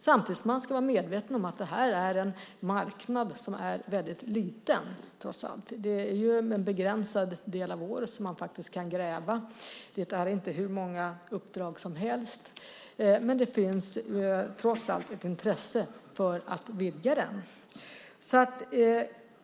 Samtidigt ska man vara medveten om att det här är en väldigt liten marknad. Det är ju endast en begränsad tid av året man kan gräva, och det finns inte hur många uppdrag som helst. Men det finns, trots allt, ett intresse för att vidga den.